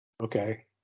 okay